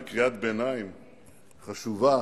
בקריאת ביניים חשובה,